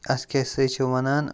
اَتھ کیٛاہ سا چھِ وَنان